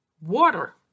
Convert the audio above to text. water